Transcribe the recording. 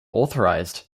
authorized